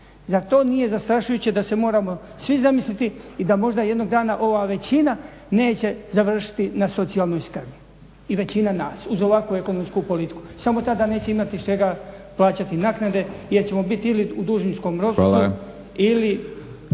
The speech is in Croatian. to nije zastrašujuće da se moramo svi zamisliti i da možda jednog dana ova većina neće završiti na socijalnoj skrbi i većina nas uz ovakvu ekonomsku politiku. Samo tada neće imati iz čega plaćati naknade jer ćemo biti ili u dužničkom ropstvu